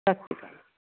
ਸਤਿ ਸ਼੍ਰੀ ਅਕਾਲ